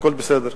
הכול בסדר.